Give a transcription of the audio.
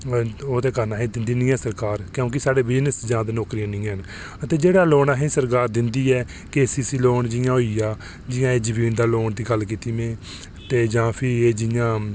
ओह्दे कारण असें ई दिंदे निं ऐन सरकार क्योंकि साढ़े बिजनस जां ते नौकरियां नेईं ऐन अते जेह्ड़े लोन असें ई सरकार दिंदी ऐ केसीसी लोन जि'यां होई गेआ जमीन दा लोन दी गल्ल कीती में जां फ्ही जि'यां